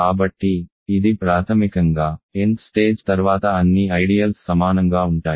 కాబట్టి ఇది ప్రాథమికంగా nth స్టేజ్ తర్వాత అన్ని ఐడియల్స్ సమానంగా ఉంటాయి